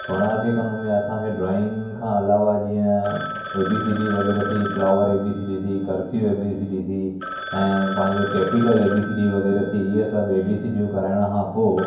सोनार के कम में असांखे ड्राइंग खां अलावा जीअं ए बी सी डी वग़ैरह थी flower A B C D थी cursive A B C D थी ऐं पंहिंजो capital A B C D वग़ैरह थी इहा सभु ए बी सी डियूं कराइण खां पोइ